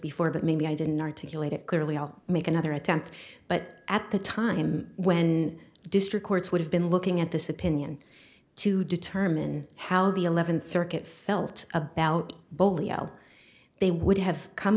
before but maybe i didn't articulate it clearly i'll make another attempt but at the time when district courts would have been looking at this opinion to determine how the eleventh circuit felt about bollea they would have come